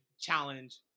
challenge